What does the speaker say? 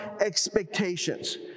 expectations